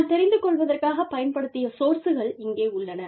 நான் தெரிந்து கொள்வதற்காகப் பயன்படுத்திய சோர்ஸ்கள் இங்கே உள்ளன